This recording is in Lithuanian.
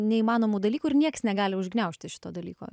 neįmanomų dalykų ir nieks negali užgniaužti šito dalyko